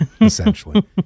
essentially